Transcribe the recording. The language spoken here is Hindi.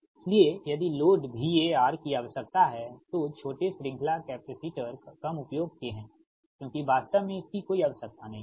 इसलिए यदि लोड VAR की आवश्यकता है तो छोटे श्रृंखला कैपेसिटर कम उपयोग के हैं क्योंकि वास्तव में इसकी कोई आवश्यकता नहीं है